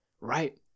right